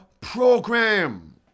Program